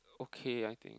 okay I think